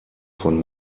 von